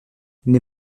les